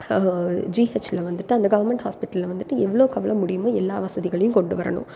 ஜிஎச்சில் வந்துட்டு அந்த கவர்மெண்ட் ஹாஸ்பிட்டலில் வந்துட்டு எவ்வளோவுக்கு எவ்வளோ முடியுமோ எல்லா வசதிகளையும் கொண்டு வரணும்